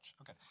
Okay